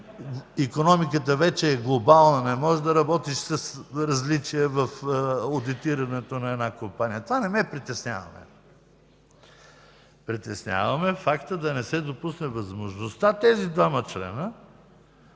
икономиката вече е глобална, не можеш да работиш с различия в одитирането на една компания. Това не ме притеснява. Притеснява ме фактът да не се допусне възможността тези двама